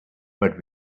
but